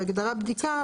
בהגדרה "בדיקה",